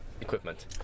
equipment